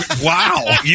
Wow